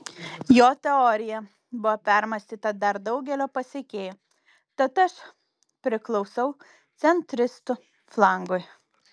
jo teorija buvo permąstyta dar daugelio pasekėjų tad aš priklausau centristų flangui